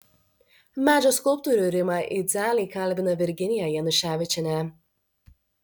medžio skulptorių rimą idzelį kalbina virginija januševičienė